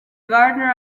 gardener